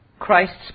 Christ's